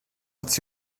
its